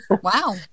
wow